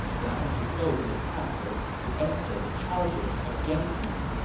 and i have to go to the capital to answer the charges against me.